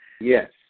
Yes